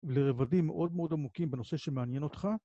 לרבדים מאוד מאוד עמוקים בנושא שמעניין אותך.